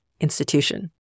institution